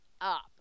up